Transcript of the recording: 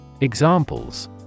Examples